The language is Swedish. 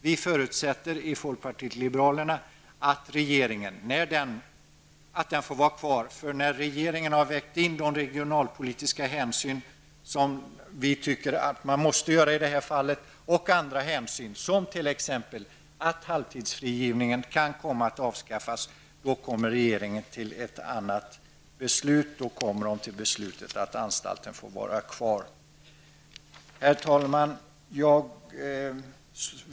Vi i folkpartiet liberalerna förutsätter att den får vara kvar. När regeringen har vägt in de regionalpolitiska hänsyn som man enligt vår mening måste ta i det här fallet och andra hänsyn -- som t.ex. att halvtidsfrigivningen kan komma att avskaffas -- kommer regeringen att komma till ett annat beslut; då kommer man till beslutet att anstalten får vara kvar. Herr talman!